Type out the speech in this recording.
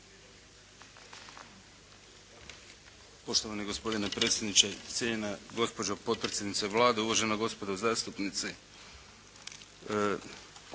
Poštovani gospodine predsjedniče, cijenjena gospođo potpredsjednice Vlade, uvažena gospodo zastupnici.